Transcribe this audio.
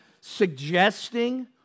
suggesting